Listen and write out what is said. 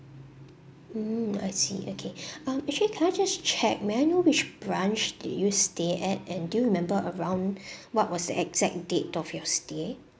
mm I see okay um actually can I just check may I know which branch did you stay at and do you remember around what was the exact date of your stay